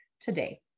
today